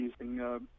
using